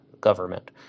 government